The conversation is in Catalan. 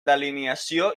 delineació